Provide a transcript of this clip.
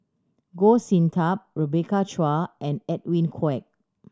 Goh Sin Tub Rebecca Chua and Edwin Koek